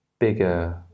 bigger